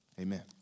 amen